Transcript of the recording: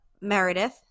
Meredith